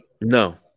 No